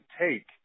take